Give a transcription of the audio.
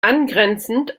angrenzend